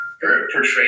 portrayed